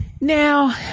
Now